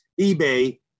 eBay